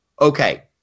okay